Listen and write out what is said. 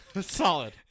Solid